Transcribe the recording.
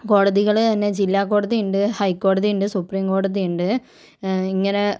കോടതികള് തന്നെ ജില്ലാ കോടതിയുണ്ട് ഹൈ കോടതിയുണ്ട് സുപ്രീം കോടതിയുണ്ട് ഇങ്ങനെ